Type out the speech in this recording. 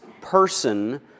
person